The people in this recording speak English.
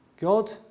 God